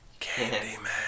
Candyman